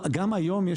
גם היום יש